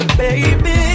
baby